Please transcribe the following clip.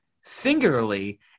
singularly